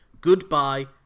goodbye